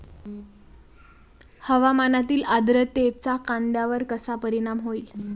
हवामानातील आर्द्रतेचा कांद्यावर कसा परिणाम होईल?